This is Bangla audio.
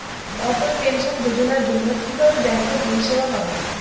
অটল পেনশন যোজনার জন্য কিভাবে ব্যাঙ্কে পরিষেবা পাবো?